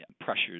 pressures